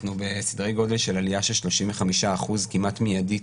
אנחנו בסדרי גודל של עלייה של 35% כמעט מיידית.